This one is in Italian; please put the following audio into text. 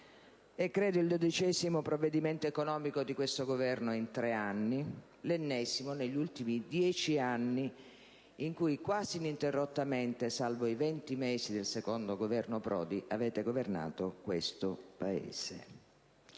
È, credo, il dodicesimo provvedimento economico di questo Governo in tre anni, l'ennesimo negli ultimi 10 anni in cui, quasi ininterrottamente salvo i 20 mesi del secondo Governo Prodi, avete governato questo Paese.